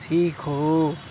سیکھو